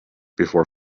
before